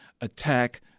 attack